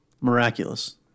Miraculous